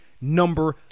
number